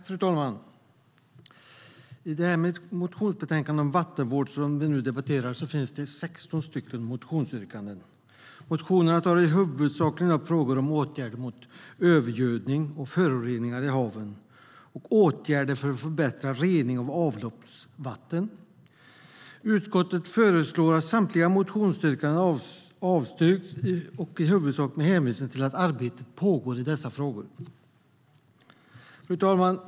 Fru talman! I motionsbetänkandet Vattenvård som vi nu debatterar finns det 16 motionsyrkanden. Motionerna tar huvudsakligen upp frågor om åtgärder mot övergödning och föroreningar i haven och åtgärder för att förbättra rening av avloppsvatten. Utskottet föreslår att samtliga motionsyrkanden avstyrks, i huvudsak med hänvisning till att arbete pågår i dessa frågor. Fru talman!